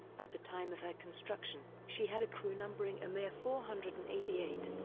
at the time of her construction, she had a crew numbering a mere four hundred and eighty eight.